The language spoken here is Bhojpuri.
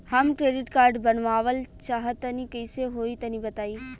हम क्रेडिट कार्ड बनवावल चाह तनि कइसे होई तनि बताई?